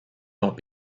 not